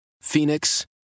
Phoenix